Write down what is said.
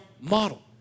model